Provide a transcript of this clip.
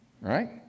right